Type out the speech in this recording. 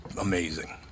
amazing